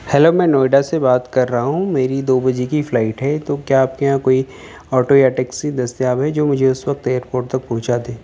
hello میں نوئیڈا سے بات کر رہا ہوں میری دو بجے کی فلائٹ ہے تو کیا آپ کے یہاں کوئی آٹو یا ٹیکسی دستیاب ہے جو مجھے اُس وقت تک ایئر پورٹ تک پہنچا دے